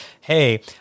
hey